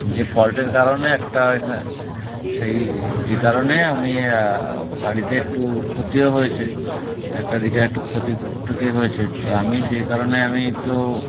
যে ফল্টের কারণে একটা সেই যে কারণে আমি বাড়িতে একটু ক্ষতিও হয়েছে একটা দিকে একটু ক্ষতি হয়েছে তো আমি সেই কারণে আমি তো